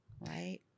right